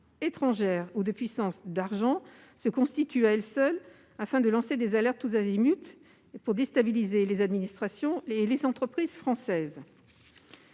étrangères ou de puissances d'argent se constituent à seule fin de lancer des alertes tous azimuts pour déstabiliser les administrations et les entreprises françaises.